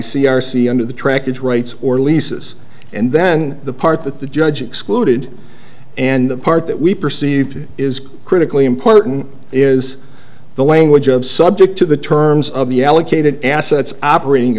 c under the trackage rights or leases and then the part that the judge excluded and the part that we perceive is critically important is the language of subject to the terms of the allocated assets operating